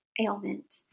ailment